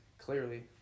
Clearly